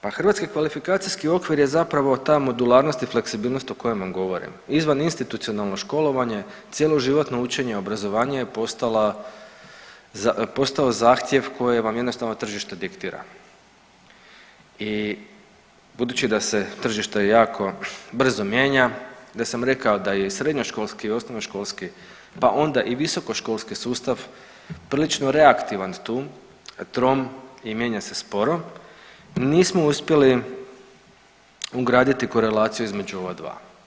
Pa Hrvatski kvalifikacijski okvir je zapravo ta modularnost i fleksibilnost o kojem vam govorim, izvaninstitucionalno školovanje, cjeloživotno učenje i obrazovanje je postao zahtjev koje vam jednostavno tržište diktira i budući da se tržište jako brzo mijenja, da sam rekao da i srednjoškolski i osnovnoškolski pa onda i visokoškolski sustav prilično reaktivan tu, trom i mijenja se sporo, nismo uspjeli ugraditi korelaciju između ova dva.